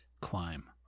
Climb